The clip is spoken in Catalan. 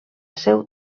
seu